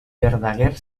verdaguer